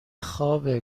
خوابه